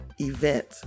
event